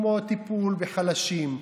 כמו הטיפול בחלשים,